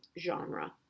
genre